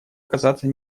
оказаться